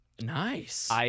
Nice